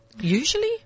Usually